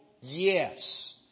Yes